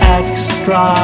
extra